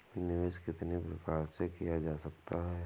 निवेश कितनी प्रकार से किया जा सकता है?